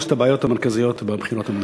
שלוש הבעיות המרכזיות בבחירות המוניציפליות.